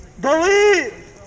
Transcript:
Believe